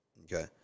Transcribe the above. Okay